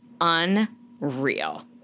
unreal